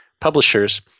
publishers